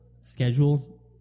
schedule